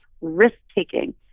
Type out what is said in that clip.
risk-taking